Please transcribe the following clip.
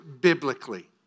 biblically